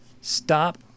stop